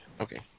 Okay